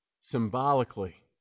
symbolically